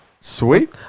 Sweet